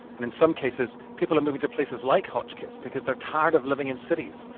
and in some cases, people are moving to places like hotchkiss because they're tired of living in cities.